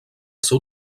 seu